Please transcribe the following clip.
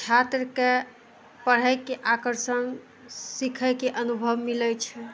छात्रके पढ़यके आकर्षण सिखयके अनुभव मिलय छै